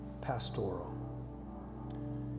Pastoral